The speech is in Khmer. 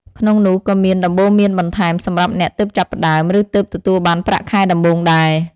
ក្នុងនោះក៏មានដំបូន្មានបន្ថែមសម្រាប់អ្នកទើបចាប់ផ្តើម ឬទើបទទួលបានប្រាក់ខែដំបូងដែរ។